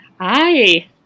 Hi